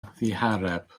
ddihareb